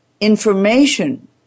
information